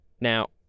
Now